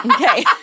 Okay